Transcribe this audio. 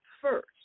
first